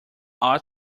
all